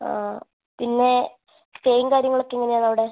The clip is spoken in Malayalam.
ആ പിന്നെ സ്റ്റേയും കാര്യങ്ങളൊക്കെ എങ്ങനെയാണ് അവിടെ